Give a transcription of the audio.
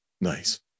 Nice